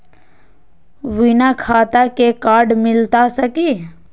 बिना खाता के कार्ड मिलता सकी?